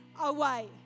away